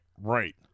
Right